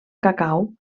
cacau